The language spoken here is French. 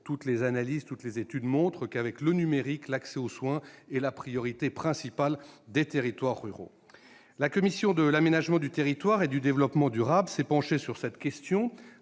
Toutes les analyses, toutes les études montrent que, avec le numérique, c'est la priorité principale de ces territoires. La commission de l'aménagement du territoire et du développement durable s'est penchée sur cette question